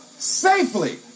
safely